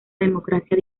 democracia